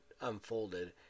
unfolded